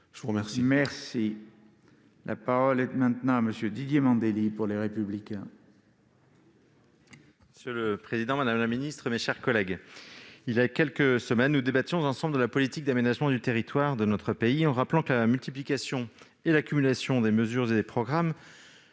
des collectivités. La parole est à M. Didier Mandelli. Monsieur le président, madame la ministre, mes chers collègues, il y a quelques semaines, nous débattions ensemble de la politique d'aménagement du territoire de notre pays, en rappelant que la multiplication et l'accumulation des mesures et des programmes